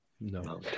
No